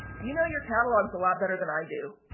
you know your catalogs a lot better than i do.